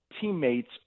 teammates